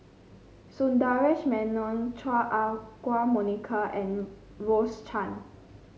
Sundaresh Menon Chua Ah Huwa Monica and Rose Chan